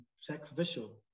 sacrificial